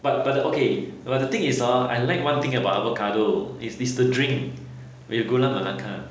but but the okay but the thing is hor I like [one] thing about avocado is is the drink with gula melaka